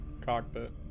cockpit